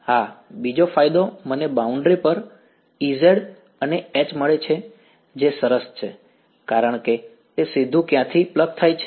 હા બીજો ફાયદો મને બાઉન્ડ્રી પર Ez અને H મળે છે જે સરસ છે કારણ કે તે સીધું ક્યાંથી પ્લગ થાય છે